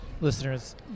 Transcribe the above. Listeners